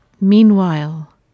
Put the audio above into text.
Meanwhile